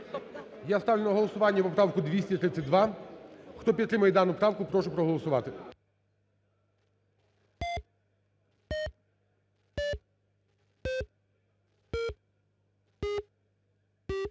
Я ставлю на голосування поправку 232. Хто підтримує дану правку, прошу проголосувати.